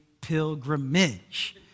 pilgrimage